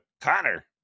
Connor